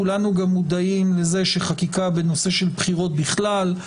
כולנו גם מודעים לזה שחקיקה בנושא של בחירות בכלל,